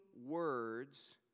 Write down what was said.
words